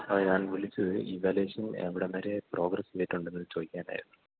അതേ ഞാൻ വിളിച്ചത് ഇവാലുവേഷൻ എവിടം വരെ പ്രോഗ്രസ് ചെയ്തിട്ടുണ്ടെന്ന് ചോദിക്കാനായിരുന്നു